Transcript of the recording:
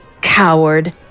Coward